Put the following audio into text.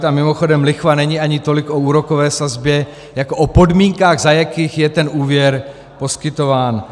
A mimochodem lichva není ani tolik o úrokové sazbě jako o podmínkách, za jakých je ten úvěr poskytován.